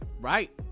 Right